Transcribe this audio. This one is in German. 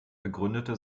begründete